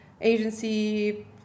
agency